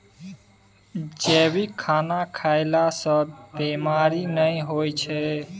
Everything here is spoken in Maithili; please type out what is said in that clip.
जैविक खाना खएला सँ बेमारी नहि होइ छै